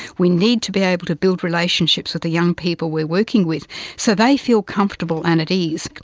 we need to be able to build relationships with the young people we are working with so they feel comfortable and at ease.